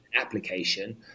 application